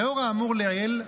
לאור האמור לעיל,